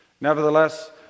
Nevertheless